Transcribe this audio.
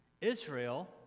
Israel